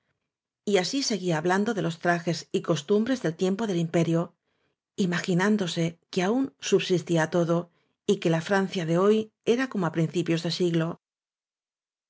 y así seguía hablando de los trajes y costumbres del tiempo del imperio imaginándose que aún subsistía todo y que la francia de hoy era como á principios de siglo